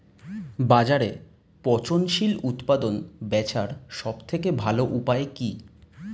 বাজারে পচনশীল উৎপাদন বেচার সবথেকে ভালো উপায় কি?